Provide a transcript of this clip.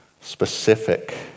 specific